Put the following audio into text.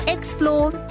Explore